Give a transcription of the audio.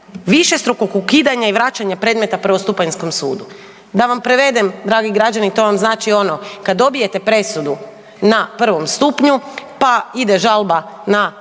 višestrukog ukidanja i vraćanja predmeta prvostupanjskom sudu. Da vam prevedem dragi građani to vam znači ono kad dobijete presudu na prvom stupnju pa ide žalba na